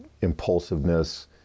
impulsiveness